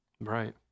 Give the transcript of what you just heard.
Right